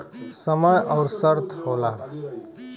समय अउर शर्त होला